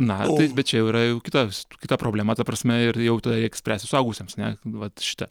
na taip bet čia yra jau kita kita problema ta prasme ir jau tada reik spręsti suaugusiems ne vat šitą